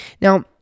now